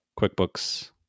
QuickBooks